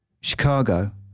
Chicago